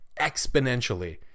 exponentially